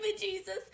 Jesus